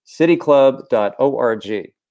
cityclub.org